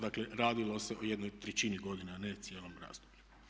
Dakle radilo se o jednoj trećini godine a ne o cijelom razdoblju.